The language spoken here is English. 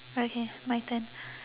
okay my turn